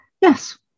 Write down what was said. yes